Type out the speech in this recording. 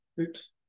Oops